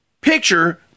picture